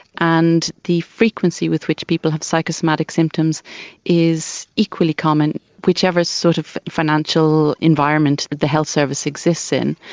and the frequency with which people have psychosomatic symptoms is equally common, whichever sort of financial environment that the health service exists in.